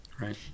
right